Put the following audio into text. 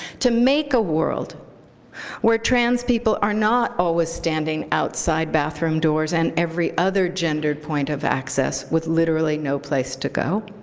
to make a world where trans people are not always standing outside bathroom doors and every other gendered point of access with literally no place to go.